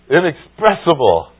inexpressible